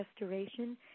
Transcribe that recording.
restoration